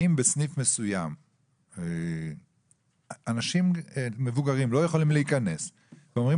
אם לסניף מסוים אנשים מבוגרים לא יכולים להיכנס ואומרים